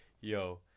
yo